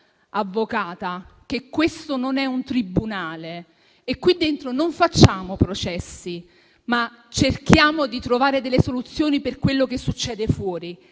avvocato, che questo non è un tribunale. Qui dentro non facciamo processi, ma cerchiamo di trovare delle soluzioni per quello che succede fuori.